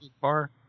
car